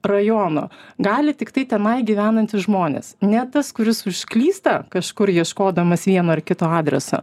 rajono gali tiktai tenai gyvenantys žmonės ne tas kuris užklysta kažkur ieškodamas vieno ar kito adreso